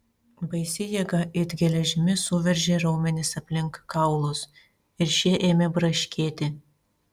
baisi jėga it geležimi suveržė raumenis aplink kaulus ir šie ėmė braškėti